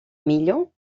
millor